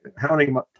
counting